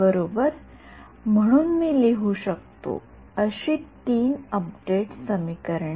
बरोबर म्हणून मी लिहू शकतो अशी तीन अपडेट समीकरणे